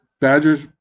Badgers